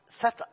set